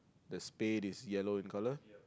the spade is yellow in colour